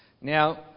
Now